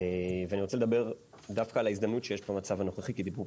בישראל ואני רוצה לדבר דווקא על ההזדמנות שיש במצב הנוכחי כי דיברו